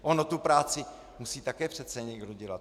Ono tu práci musí také přece někdo dělat.